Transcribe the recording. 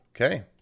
okay